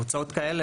הוצאות כאלה,